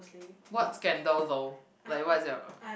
what scandal though like what is it about